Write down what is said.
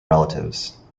relatives